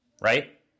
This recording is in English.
Right